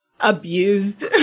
abused